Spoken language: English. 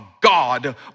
God